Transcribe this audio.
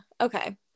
Okay